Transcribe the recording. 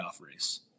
race